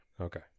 Okay